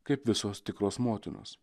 kaip visos tikros motinos